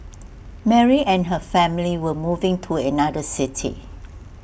Mary and her family were moving to another city